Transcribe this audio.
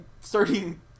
starting